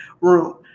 room